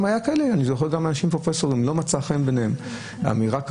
אני זוכר שגם בעיני פרופסורים לא מצאה חן אמירה כזאת,